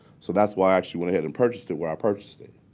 so that's why i actually went ahead and purchased it where i purchased it.